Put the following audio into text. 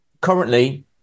currently